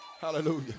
Hallelujah